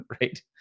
right